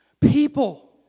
People